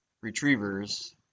retrievers